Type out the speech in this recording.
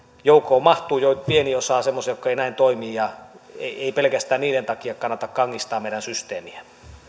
joukkoon mahtuu pieni osa semmoisia jotka eivät näin toimi ja ei pelkästään heidän takiansa kannata kangistaa meidän systeemiä